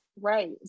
right